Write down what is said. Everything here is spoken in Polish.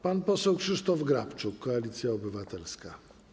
Pan poseł Krzysztof Grabczuk, Koalicja Obywatelska.